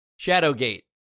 Shadowgate